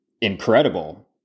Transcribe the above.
incredible